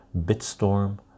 Bitstorm